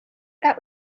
that